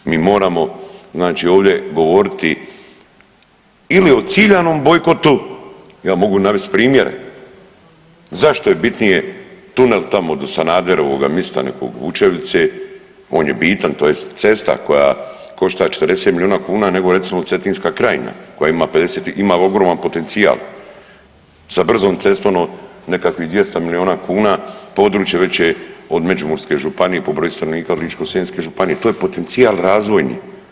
Mi moramo ovdje govoriti ili o ciljanom bojkotu, ja mobu navest primjere zašto je bitnije tunel tamo do Sanaderovog mista nekog Vučevice, on je bitan tj. cesta koja košta 40 milijuna kuna nego recimo Cetinska krajina koja ima 50 ima ogroman potencijal sa brzom cestom od nekakvih 200 milijuna kuna, područje veće od Međimurske županije, po broju stanovnika od Ličko-senjske županije, to je potencijal razvojni.